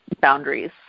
boundaries